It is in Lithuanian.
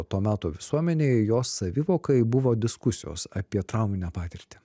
to meto visuomenei jos savivokai buvo diskusijos apie trauminę patirtį